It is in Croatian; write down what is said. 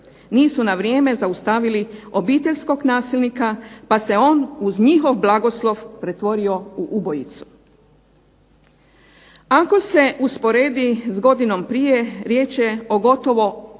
nisu na vrijeme zaustavili obiteljskog nasilnika pa se on uz njihov blagoslov pretvorio u ubojicu. Ako se usporedi s godinom prije riječ je gotovo o